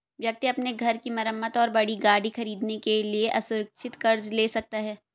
व्यक्ति अपने घर की मरम्मत और बड़ी गाड़ी खरीदने के लिए असुरक्षित कर्ज ले सकता है